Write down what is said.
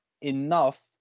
enough